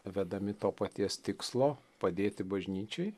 vedami to paties tikslo padėti bažnyčiai